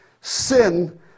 sin